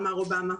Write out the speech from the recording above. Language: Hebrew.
אמר אובמה,